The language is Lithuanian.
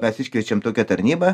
mes iškviečiam tokią tarnybą